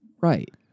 Right